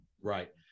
right